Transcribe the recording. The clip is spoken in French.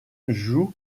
joue